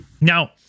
Now